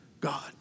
God